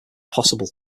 possible